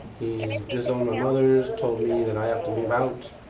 he's disowned my mother. he's told me that i have to move out.